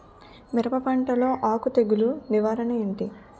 మిరప పంటలో ఆకు తెగులు నివారణ ఏంటి?